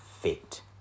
fit